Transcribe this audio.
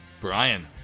Brian